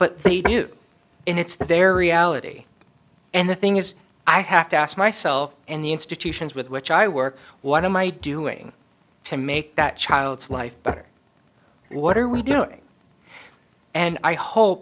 but the view in it's their reality and the thing is i have to ask myself and the institutions with which i work what am i doing to make that child's life better and what are we doing and i hope